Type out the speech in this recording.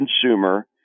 consumer